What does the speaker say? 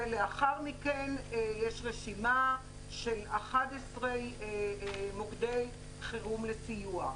ולאחר מכן יש רשימה של 11 מוקדי חירום לסיוע.